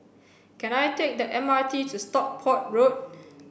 can I take the M R T to Stockport Road